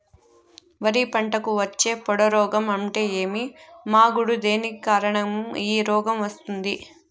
వరి పంటకు వచ్చే పొడ రోగం అంటే ఏమి? మాగుడు దేని కారణంగా ఈ రోగం వస్తుంది?